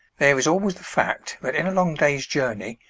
there is always the fact, that, in a long day's journey,